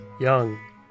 Young